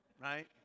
right